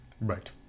Right